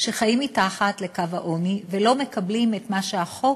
שחיים מתחת לקו העוני ולא מקבלים את מה שהחוק